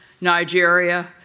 Nigeria